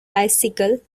bicycle